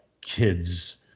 kids